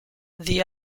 the